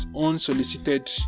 unsolicited